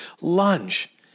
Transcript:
lunge